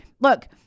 Look